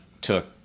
took